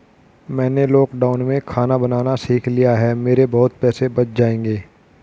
मैंने लॉकडाउन में खाना बनाना सीख लिया है, मेरे बहुत पैसे बच जाएंगे